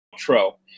Intro